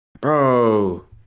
Bro